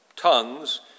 Tongues